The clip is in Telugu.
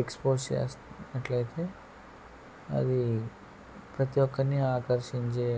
ఎక్స్పోజ్ చేస్తేనట్లయితే అది ప్రతి ఒక్కరిని ఆకర్షించే